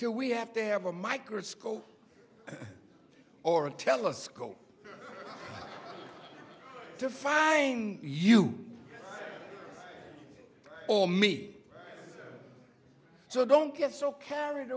to we have to have a microscope or a telescope to find you owe me so don't get so carried